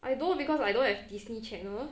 I don't because I don't have disney channel